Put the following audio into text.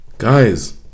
Guys